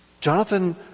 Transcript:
Jonathan